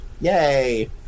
Yay